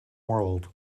world